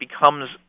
becomes